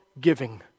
giving